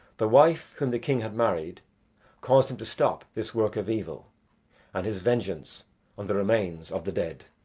the wife whom the king had married caused him to stop this work of evil and his vengeance on the remains of the dead.